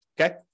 okay